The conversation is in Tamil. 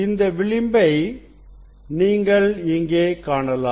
இந்த விளிம்பை நீங்கள் இங்கே காணலாம்